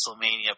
WrestleMania